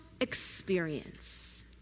experience